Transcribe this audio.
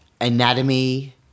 anatomy